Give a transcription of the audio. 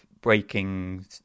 breaking